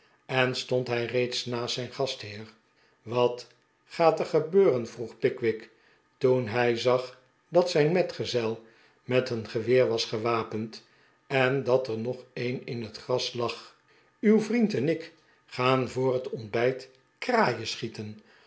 en stond hij reeds naast zijn gastheer wat gaat er gebeuren vroeg pickwick toen hij zag dat zijn metgezel met een geweer was gewapend en dat er nog een in het gras lag uw vriend en ik gaan voor het ontbijt kraaien schieten